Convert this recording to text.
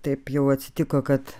taip jau atsitiko kad